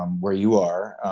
um where you are.